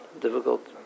Difficult